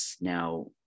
now